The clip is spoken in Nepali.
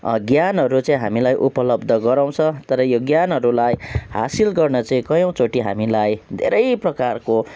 ज्ञानहरू चाहिँ हामीलाई उपलब्ध गराउँछ तर यो ज्ञानहरूलाई हासिल गर्न चाहिँ कयौँचोटि हामीलाई धेरै प्रकारको